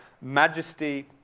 majesty